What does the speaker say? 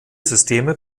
systeme